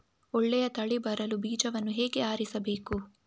ಒಳ್ಳೆಯ ತಳಿ ಬರಲು ಬೀಜವನ್ನು ಹೇಗೆ ಆರಿಸಬೇಕು?